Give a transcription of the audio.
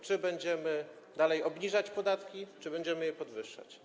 Czy będziemy dalej obniżać podatki, czy będziemy je podwyższać?